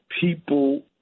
people